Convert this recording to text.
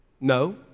No